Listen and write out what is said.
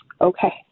Okay